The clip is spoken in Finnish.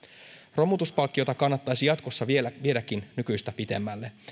romutuspalkkiota kannattaisi jatkossa viedäkin nykyistä pidemmälle